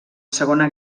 segona